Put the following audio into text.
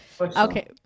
okay